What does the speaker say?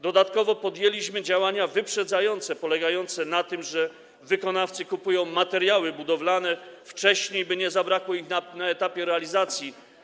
Dodatkowo podjęliśmy działania wyprzedzające polegające na tym, że wykonawcy kupują materiały budowlane wcześniej, by nie zabrakło ich na etapie realizacji.